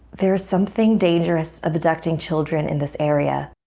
there's something dangerous abducting children in this area.